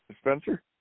Spencer